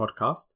Podcast